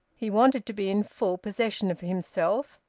he wanted to be in full possession of himself,